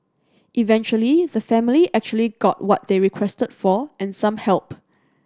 eventually the family actually got what they requested for and some help